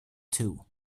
two